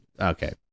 Okay